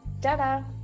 tada